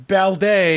Balde